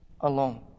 alone